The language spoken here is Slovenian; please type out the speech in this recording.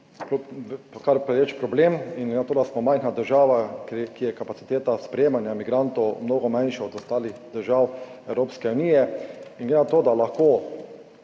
kar pereč problem, in glede na to, da smo majhna država, ki ima kapaciteto sprejemanja migrantov mnogo manjšo od ostalih držav Evropske unije, in glede na to, da lahko